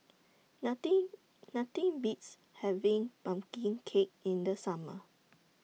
Nothing Nothing Beats having Pumpkin Cake in The Summer